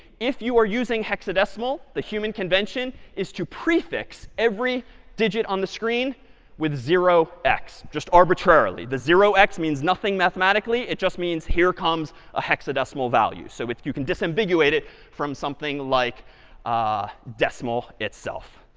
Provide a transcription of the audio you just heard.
if you are using hexadecimal, the human convention is to prefix every digit on the screen with zero x, just arbitrarily. the zero x means nothing mathematically. it just means here comes a hexadecimal value. so you can disambiguate it from something like decimal itself.